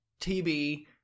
tb